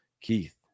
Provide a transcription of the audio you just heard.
Keith